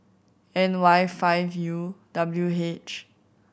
N Y five U W H